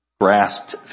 grasped